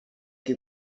qui